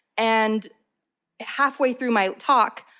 and halfway through my talk,